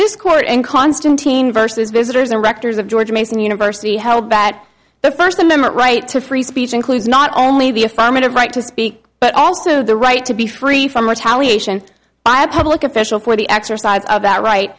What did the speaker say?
this court in constantine vs visitors a rector's of george mason university how bad the first amendment right to free speech includes not only the affirmative right to speak but also the right to be free from retaliate by a public official for the exercise of that right